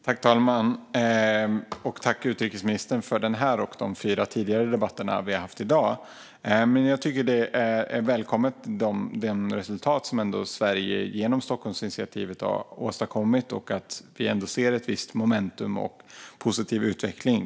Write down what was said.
Fru talman! Tack för den här debatten och för de fyra debatter vi hade tidigare i dag, utrikesministern! Jag tycker att de resultat som Sverige genom Stockolmsinitiativet har åstadkommit är positiva; vi ser ändå ett visst momentum och en positiv utveckling.